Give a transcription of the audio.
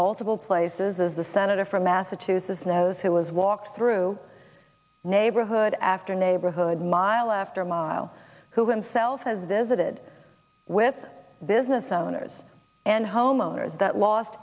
multiple places as the senator from massachusetts knows who was walked through neighborhood after neighborhood mile after mile who himself has visited with business owners and homeowners that lost